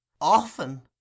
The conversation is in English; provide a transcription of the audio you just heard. Often